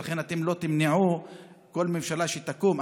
ולכן אתם לא תמנעו כל ממשלה שתקום.